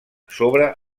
sobre